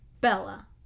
Bella